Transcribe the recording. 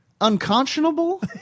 unconscionable